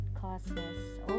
causes